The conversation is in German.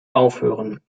aufhören